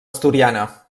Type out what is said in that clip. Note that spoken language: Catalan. asturiana